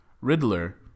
Riddler